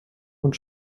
und